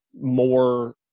more